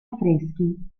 affreschi